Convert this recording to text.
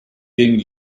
ging